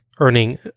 earning